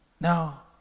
now